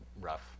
rough